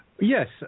Yes